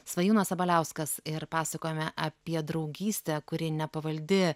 svajūnas sabaliauskas ir pasakojome apie draugystę kuri nepavaldi